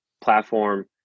platform